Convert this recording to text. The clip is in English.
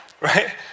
Right